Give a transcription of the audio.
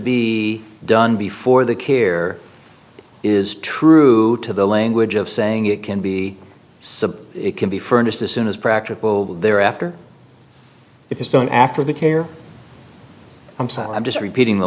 be done before the care is true to the language of saying it can be suppose it can be furnished as soon as practicable there after if it's going after the care i'm sorry i'm just repeating the